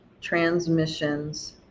transmissions